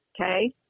okay